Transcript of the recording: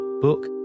book